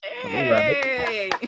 Hey